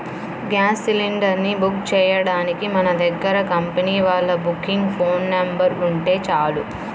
gas cylinder ని book చెయ్యడానికి మన దగ్గర కంపెనీ వాళ్ళ బుకింగ్ ఫోన్ నెంబర్ ఉంటే చాలు